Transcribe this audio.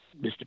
Mr